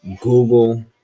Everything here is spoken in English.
Google